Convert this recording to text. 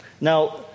Now